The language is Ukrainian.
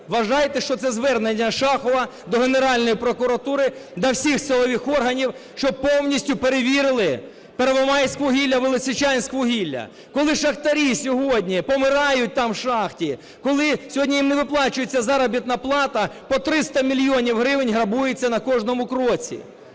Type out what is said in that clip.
Вважайте, що звернення Шахова до Генеральної прокуратури, до всіх силових органів, щоб повністю перевірили "Первомайськвугілля", "Лисичанськвугілля". Коли шахтарі сьогодні помирають там в шахті, коли сьогодні їм не виплачується заробітна плата, по 300 мільйонів гривень грабується на кожному кроці.